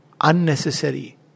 unnecessary